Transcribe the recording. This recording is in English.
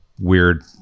weird